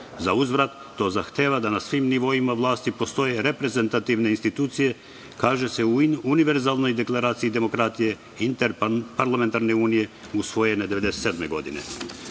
zauzvrat to zahteva da na svim nivoima vlasti postoje reprezentativne institucije, kaže se u Univerzalnoj deklaraciji demokratije Interparlamentarne unije usvojene 1997. godine.S